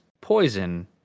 poison